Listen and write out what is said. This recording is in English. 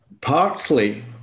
Partly